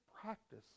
practice